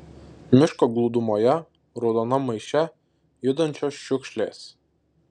miško glūdumoje raudonam maiše judančios šiukšlės